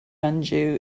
anjou